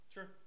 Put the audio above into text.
Sure